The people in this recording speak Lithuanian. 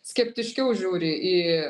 skeptiškiau žiūri į